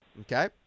Okay